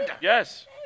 Yes